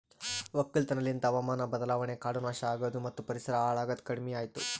ಒಕ್ಕಲತನ ಲಿಂತ್ ಹಾವಾಮಾನ ಬದಲಾವಣೆ, ಕಾಡು ನಾಶ ಆಗದು ಮತ್ತ ಪರಿಸರ ಹಾಳ್ ಆಗದ್ ಕಡಿಮಿಯಾತು